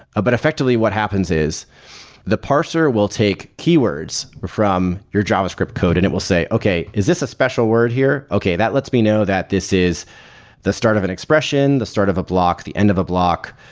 but effectively what happens is the parser will take keywords from your javascript code and it will say, okay, is this a special word here? okay. that lets me know that this is the start of an expression, the start of a block, the end of a block.